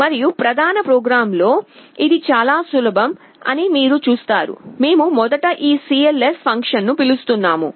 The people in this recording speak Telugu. మరియు ప్రధాన ప్రోగ్రామ్లో ఇది చాలా సులభం అని మీరు చూస్తారు మేము మొదట ఈ cls ఫంక్షన్ను పిలుస్తున్నాము